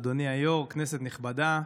אדוני היושב-ראש, כנסת נכבדה,